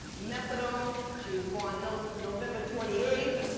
methadone. she was born november twenty eighth,